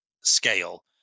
scale